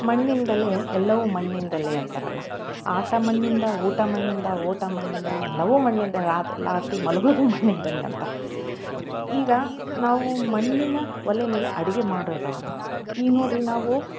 ಮಣ್ಣಿಂದಲೇ ಎಲ್ಲವು ಮಣ್ಣಿಂದಲೇ ಅಂತಾರಲ್ಲ ಆಟ ಮಣ್ಣಿಂದ ಊಟ ಮಣ್ಣಿಂದ ಓಟ ಮಣ್ಣಿಂದ ಎಲ್ಲವೂ ಮಣ್ಣಿಂದ ಆಯ್ತು ಲಾಸ್ಟಿಗೆ ಮಲಗೋದು ಮಣ್ಣಿಂದಲೇ ಅಂತ ಈಗ ನಾವೂ ಮಣ್ಣಿನ ಒಲೆ ಮೇಲೆ ಅಡುಗೆ ಮಾಡೋದು ಈಗ ನೋಡಿರಿ ನಾವು